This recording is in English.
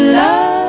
love